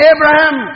Abraham